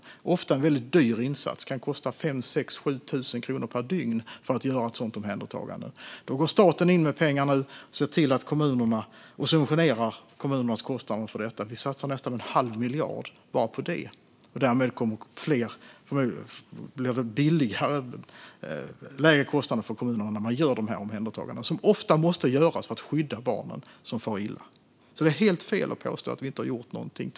Det är ofta en väldigt dyr insats; det kan kosta 5 000-7 000 kronor per dygn att göra ett sådant omhändertagande. Då går staten nu in med pengar och subventionerar kommunernas kostnader för detta. Vi satsar nästan en halv miljard bara på det här. Därmed blir det lägre kostnader för kommunerna när man gör dessa omhändertaganden, som ofta måste göras för att skydda de barn som far illa. Det är alltså helt fel att påstå att vi inte har gjort någonting.